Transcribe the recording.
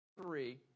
three